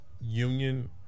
union